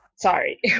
Sorry